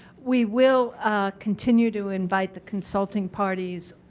we will continue to invite the consulting parties